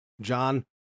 John